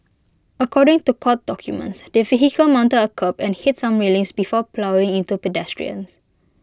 according to court documents the vehicle mounted A curb and hit some railings before ploughing into pedestrians